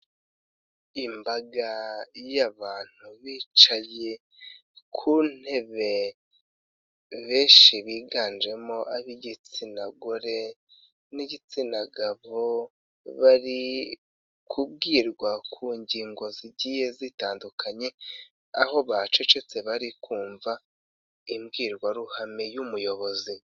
Imbaga y'abantu bicaye ku ntebe benshi biganjemo ab'igitsina gore n'igitsina gabo, bari kubwirwa ku ngingo zigiye zitandukanye, aho bacecetse bari kumva imbwirwaruhame y'umuyobozi.